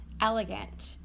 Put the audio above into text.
elegant